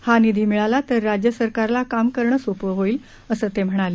हा निधी मिळाला तर राज्य सरकारला काम करणं सोपं होईल असं ते म्हणाले